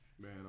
Man